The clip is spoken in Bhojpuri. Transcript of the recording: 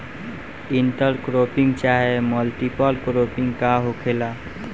इंटर क्रोपिंग चाहे मल्टीपल क्रोपिंग का होखेला?